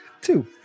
Two